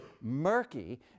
murky